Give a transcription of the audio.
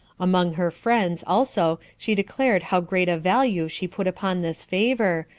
among her friends, also, she declared how great a value she put upon this favor,